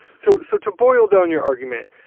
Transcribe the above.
so so to boil down your argument,